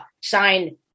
sign